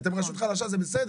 אתם רשות חלשה, זה בסדר.